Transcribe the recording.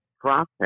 process